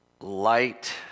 light